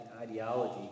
ideology